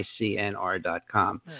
ICNR.com